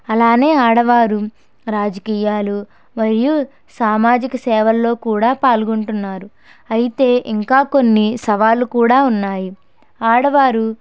అలాగే ఆడవారు రాజకీయాలు మరియు సామాజిక సేవల్లో కూడా పాల్గొంటున్నారు అయితే ఇంకా కొన్ని సవాళ్ళు కూడా ఉన్నాయి ఆడవారు